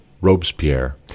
Robespierre